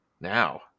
Now